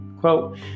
quote